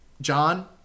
John